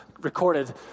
recorded